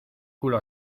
culo